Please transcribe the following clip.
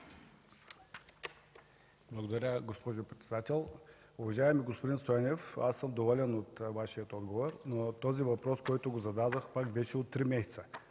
Благодаря, госпожо председател. Уважаеми господин Стойнев, аз съм доволен от Вашия отговор, но въпросът, който зададох, пак беше от три месеца.